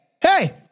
hey